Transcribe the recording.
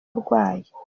urwaye